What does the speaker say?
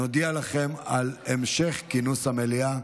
נודיע לכם על המשך כינוס המליאה.